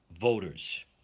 voters